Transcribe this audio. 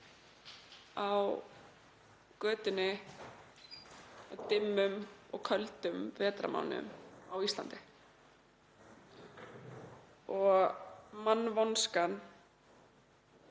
á götunni á dimmum og köldum vetrarmánuðum á Íslandi. Mannvonskan